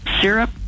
Syrup